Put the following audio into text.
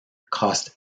cost